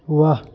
वाह